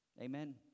Amen